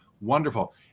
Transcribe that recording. Wonderful